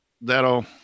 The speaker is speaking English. that'll